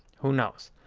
who knows?